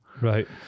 Right